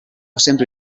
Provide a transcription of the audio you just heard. sempre